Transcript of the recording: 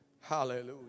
Hallelujah